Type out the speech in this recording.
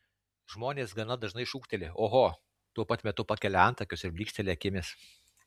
žmonės gana dažnai šūkteli oho tuo pat metu pakelia antakius ir blyksteli akimis